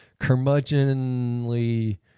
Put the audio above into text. curmudgeonly